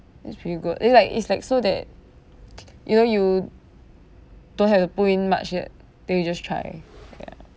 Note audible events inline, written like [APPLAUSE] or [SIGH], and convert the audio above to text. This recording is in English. that's really good you're like it's like so that [NOISE] you know you don't have to put in much yet then you just try ya